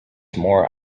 more